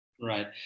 Right